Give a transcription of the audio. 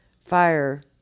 fire